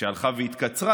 שהלכה והתקצרה,